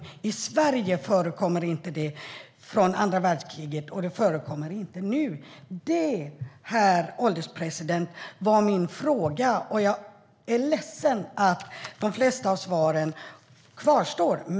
I Sverige förekommer inte det. Herr ålderspresident! Det var detta som min fråga handlade om. Jag är ledsen att de flesta svar kvarstår.